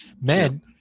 Men